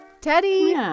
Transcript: Teddy